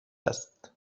است